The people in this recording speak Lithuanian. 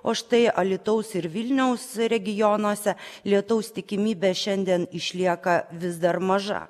o štai alytaus ir vilniaus regionuose lietaus tikimybė šiandien išlieka vis dar maža